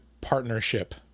partnership